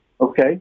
okay